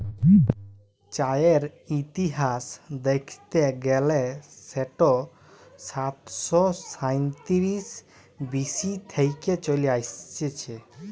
চাঁয়ের ইতিহাস দ্যাইখতে গ্যালে সেট সাতাশ শ সাঁইতিরিশ বি.সি থ্যাইকে চলে আইসছে